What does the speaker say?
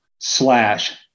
slash